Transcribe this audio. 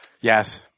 Yes